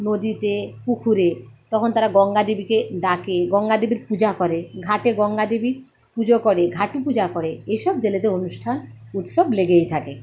নদীতে পুকুরে তখন তারা গঙ্গাদেবীকে ডাকে গঙ্গাদেবীর পূজা করে ঘাটে গঙ্গাদেবীর পুজো করে ঘাটু পূজা করে এইসব জেলেদের অনুষ্ঠান উৎসব লেগেই থাকে